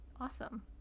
Awesome